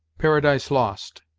paradise lost,